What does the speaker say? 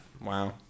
Wow